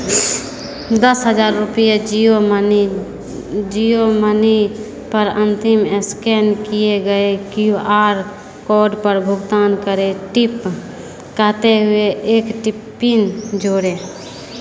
दस हजार रुपये जियो मनी पर अंतिम स्कैन किए गए क्यू आर कोड पर भुगतान करे टिप कहते हुए एक टिप्पणी जोड़ें